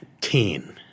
ten